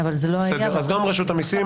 אם יצרו לו תיק מב"ד, ועכשיו יש חובה ליצור.